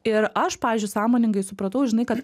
ir aš pavyzdžiui sąmoningai supratau žinai kad